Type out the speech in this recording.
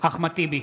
אחמד טיבי,